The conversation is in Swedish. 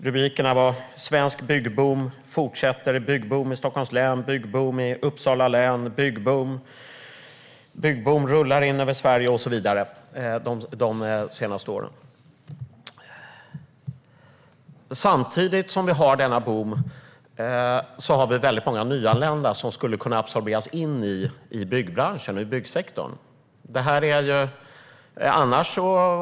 Rubrikerna var: svensk byggboom fortsätter, byggboom i Stockholms län, byggboom i Uppsala län, byggboom rullar in över Sverige och så vidare. Så har det sett ut under de senaste åren. Samtidigt som vi har denna boom har vi många nyanlända som skulle kunna absorberas in i byggbranschen och byggsektorn.